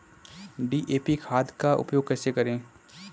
DAP खाद का उपयोग कैसे करें?